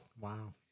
Wow